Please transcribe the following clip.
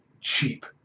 cheap